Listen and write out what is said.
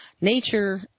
Nature